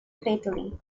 fatally